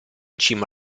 cima